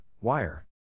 Wire